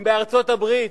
אם בארצות-הברית,